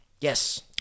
Yes